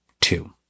Two